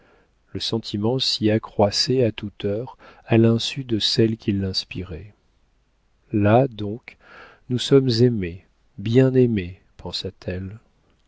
le sentiment s'y accroissait à toute heure à l'insu de celles qui l'inspiraient là donc nous sommes aimées bien